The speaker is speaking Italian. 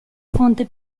fonte